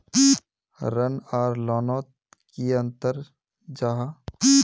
ऋण आर लोन नोत की अंतर जाहा?